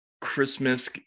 Christmas